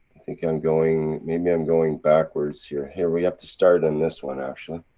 think i'm going, maybe i'm going backwards here. here we have to start on this one actually.